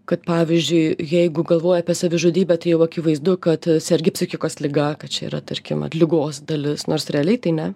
kad pavyzdžiui jeigu galvoji apie savižudybę tai jau akivaizdu kad sergi psichikos liga kad čia yra tarkim vat ligos dalis nors realiai tai ne